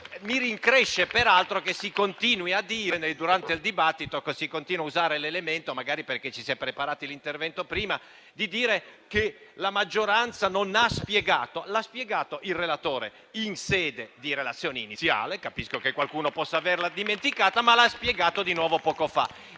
Mi rincresce, peraltro, che si continui a dire, durante il dibattito, magari perché ci si è preparati l'intervento prima, che la maggioranza non ha spiegato. L'ha spiegato il relatore in sede di relazione iniziale, e capisco qualcuno possa aver dimenticato, ma l'ha spiegato di nuovo poco fa.